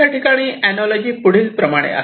त्या ठिकाणी अनालॉजी पुढील प्रमाणे आहे